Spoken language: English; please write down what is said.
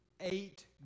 eight